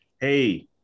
hey